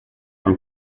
from